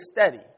steady